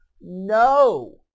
No